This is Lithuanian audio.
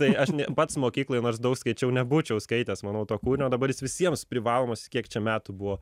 tai aš pats mokykloj nors daug skaičiau nebūčiau skaitęs manau to kūrinio dabar jis visiems privalomas kiek čia metų buvo